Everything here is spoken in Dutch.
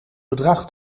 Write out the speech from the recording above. bedrag